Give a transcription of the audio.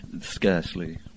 Scarcely